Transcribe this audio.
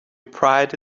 pride